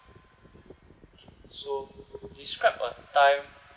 so describe a time